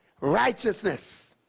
Righteousness